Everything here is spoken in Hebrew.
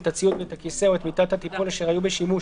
הציוד והכיסא או את מיטת הטיפול אשר היו בשימוש,